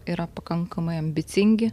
yra pakankamai ambicingi